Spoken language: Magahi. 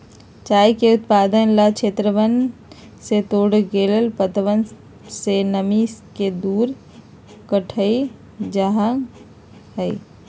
चाय के उत्पादन ला क्षेत्रवन से तोड़ल गैल पत्तवन से नमी के दूर कइल जाहई